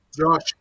josh